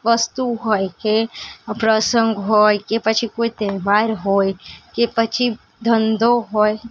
વસ્તુ હોય કે પ્રસંગ હોય કે પછી કોઈ તહેવાર હોય કે પછી ધંધો હોય